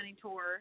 tour